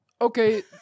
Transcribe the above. okay